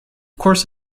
course